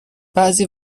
بعضی